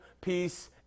peace